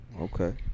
okay